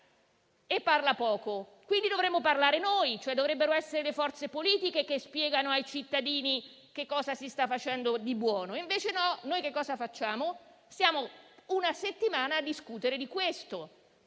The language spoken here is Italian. e parla poco. Quindi, dovremmo parlare noi; dovrebbero essere le forze politiche a spiegare ai cittadini cosa si sta facendo di buono. Invece, stiamo una settimana a discutere di questo,